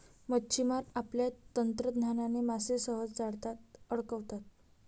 मच्छिमार आपल्या तंत्रज्ञानाने मासे सहज जाळ्यात अडकवतात